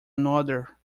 another